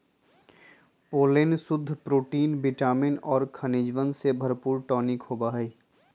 pollen शुद्ध protein vitamin और खनिजवन से भरपूर टॉनिक होबा हई